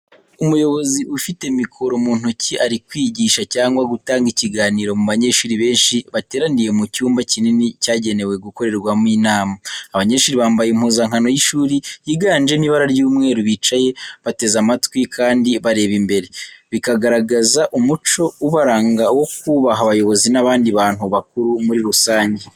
Umuyobozi ufite mikoro mu ntoki ari kwigisha, cyangwa gutanga ikiganiro mu banyeshuri benshi bateraniye mu cyumba kinini cyagenewe gukorerwamo inama. Abanyeshuri bambaye impuzankano y’ishuri yiganjemo ibara ry'umweru, bicaye bateze amatwi kandi bareba imbere, bikagaragaza umuco ubaranga wo kubaha abayobozi n’abandi bantu bakuru muri rusange.